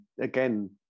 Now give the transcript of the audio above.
again